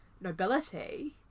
nobility